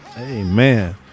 Amen